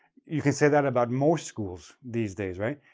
you can say that about most schools these days, right?